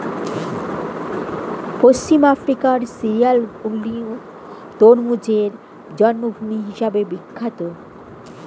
পশ্চিম আফ্রিকার সিয়েরালিওন তরমুজের জন্মভূমি হিসেবে বিখ্যাত